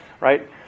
right